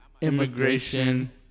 Immigration